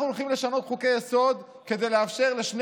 אנחנו הולכים לשנות חוקי-יסוד כדי לאפשר לשני